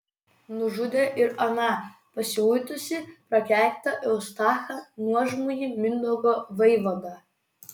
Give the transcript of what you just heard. nužudė ir aną pasiutusį prakeiktą eustachą nuožmųjį mindaugo vaivadą